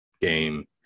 game